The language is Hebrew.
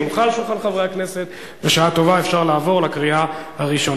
2011, קריאה ראשונה.